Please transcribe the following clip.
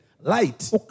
Light